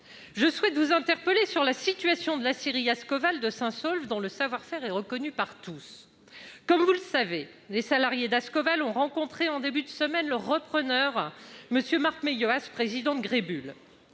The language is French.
je souhaite vous interpeller sur la situation de l'aciérie Ascoval de Saint-Saulve, dont le savoir-faire est reconnu par tous. Comme vous le savez, les salariés d'Ascoval ont rencontré, en début de semaine, le repreneur, M. Marc Meyohas, président de Greybull.